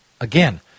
Again